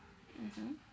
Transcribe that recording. mmhmm